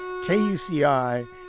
KUCI